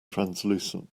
translucent